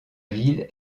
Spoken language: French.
ville